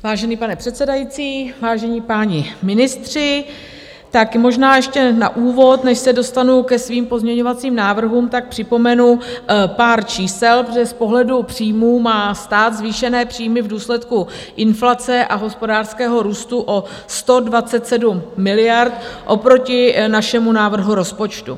Vážený pane předsedající, vážení páni ministři, možná ještě na úvod, než se dostanu ke svým pozměňovacím návrhům, tak připomenu pár čísel, protože z pohledu příjmů má stát zvýšené příjmy v důsledku inflace a hospodářského růstu o 127 miliard oproti našemu návrhu rozpočtu.